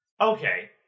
Okay